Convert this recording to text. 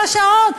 על השעון,